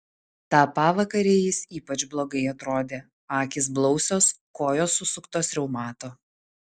tą pavakarę jis ypač blogai atrodė akys blausios kojos susuktos reumato